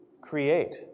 create